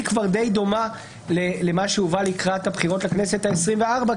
והיא כבר די דומה למה שהובא לקראת הבחירות לכנסת העשרים וארבע,